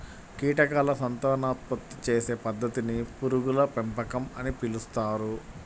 కీటకాల సంతానోత్పత్తి చేసే పద్ధతిని పురుగుల పెంపకం అని పిలుస్తారు